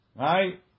right